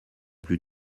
plus